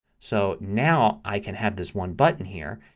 so now i can have this one button here.